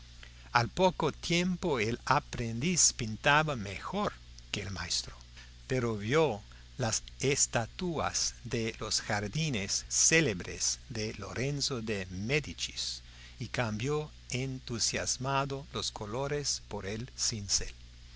al poco tiempo el aprendiz pintaba mejor que el maestro pero vio las estatuas de los jardines célebres de lorenzo de médicis y cambió entusiasmado los colores por el cincel